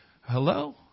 Hello